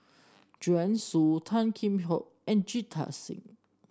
Joanne Soo Tan Kheam Hock and Jita Singh